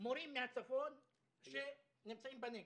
מורים מהצפון שנמצאים בנגב,